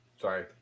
sorry